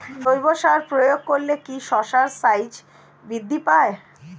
জৈব সার প্রয়োগ করলে কি শশার সাইজ বৃদ্ধি পায়?